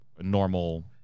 normal